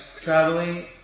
traveling